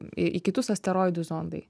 į kitus asteroidus zondai